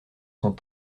sont